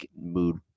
mood